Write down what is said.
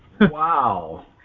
Wow